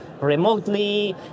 remotely